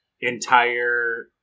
entire